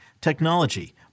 technology